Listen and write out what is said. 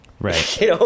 Right